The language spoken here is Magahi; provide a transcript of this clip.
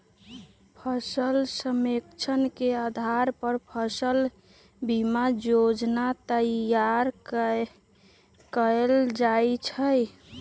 फसल सर्वेक्षण के अधार पर फसल बीमा जोजना तइयार कएल जाइ छइ